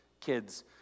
kids